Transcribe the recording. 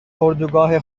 اردوگاه